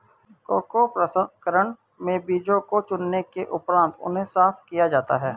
cocoa प्रसंस्करण में बीजों को चुनने के उपरांत उन्हें साफ किया जाता है